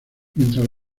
mientras